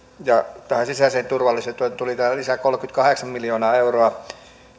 ja tähän sisäiseen turvallisuuteen tuli täällä lisää kolmekymmentäkahdeksan miljoonaa euroa